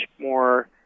more